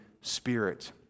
Spirit